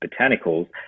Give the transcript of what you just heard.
botanicals